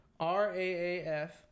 RAAF